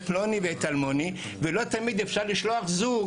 פלוני ואת אלמוני ולא תמיד אפשר לשלוח זוג